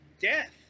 death